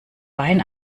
wein